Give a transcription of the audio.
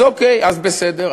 אז אוקיי, אז בסדר.